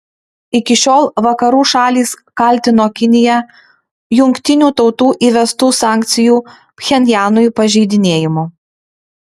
iki šiol vakarų šalys kaltino kiniją jungtinių tautų įvestų sankcijų pchenjanui pažeidinėjimu